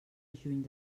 juny